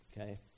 Okay